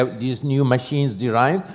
um these new machines, they arrived,